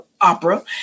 opera